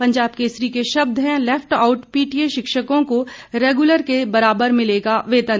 पंजाब केसरी के शब्द हैं लैफ्ट आऊट पीटीए शिक्षकों को रैगुलर के बराबर मिलेगा वेतन